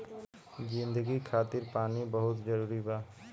जिंदगी खातिर पानी बहुत जरूरी बा